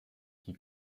qui